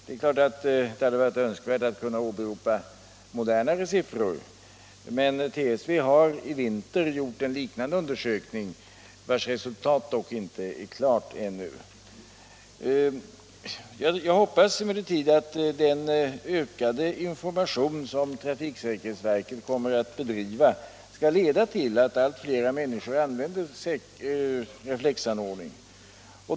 Det är klart att det hade varit önskvärt att kunna åberopa nyare siffror. TSV har emellertid i vinter gjort en liknande undersökning, vars resultat dock ännu inte föreligger. Jag hoppas emellertid att den ökade information som trafiksäkerhetsverket kommer att ge skall leda till att allt fler människor använder reflexanordning.